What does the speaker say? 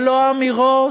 ולא האמירות